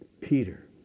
Peter